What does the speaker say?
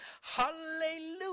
Hallelujah